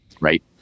Right